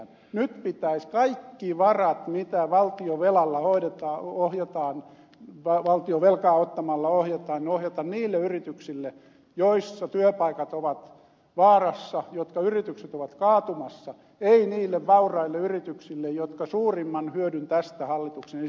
nyt pitäisi kaikki varat mitä hoidetaan valtionvelkaa ottamalla ohjata niille yrityksille joissa työpaikat ovat vaarassa jotka ovat kaatumassa ei niille vauraille yrityksille jotka suurimman hyödyn tästä hallituksen esityksestä kantavat